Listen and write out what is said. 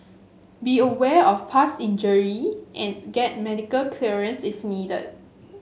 be aware of past injury and get medical clearance if needed